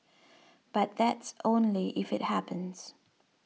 but that's only if it happens